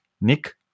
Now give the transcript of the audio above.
Nick